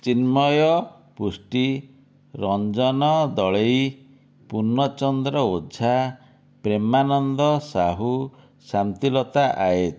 ଚିନ୍ମୟ ପୃଷ୍ଟି ରଞ୍ଜନ ଦଳେଇ ପୂର୍ଣଚନ୍ଦ୍ର ଓଝା ପ୍ରେମାନନ୍ଦ ସାହୁ ଶାନ୍ତିଲତା ଆଏଜ୍